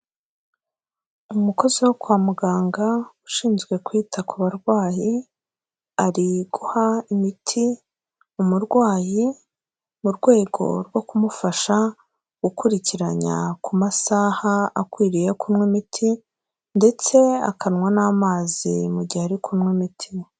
Umukozi wo kwa muganga ushinzwe kwita ku barwayi, ari guha imiti umurwayi mu rwego rwo kumufasha gukurikiranya ku masaha akwiriye yo kunywa imiti ndetse akanywa n'amazi mu gihe ari kunywa imiti.